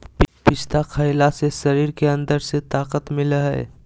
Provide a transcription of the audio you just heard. पिस्ता खईला से शरीर के अंदर से ताक़त मिलय हई